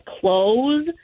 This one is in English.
clothes